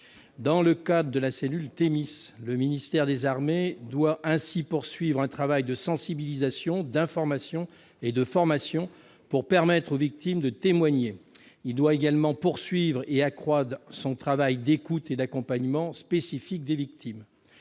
Dans le cadre de la cellule Thémis, le ministère des armées doit ainsi poursuivre un travail de sensibilisation, d'information et de formation pour permettre aux victimes de témoigner. Il doit également poursuivre et accroître son travail d'écoute et d'accompagnement spécifique des victimes.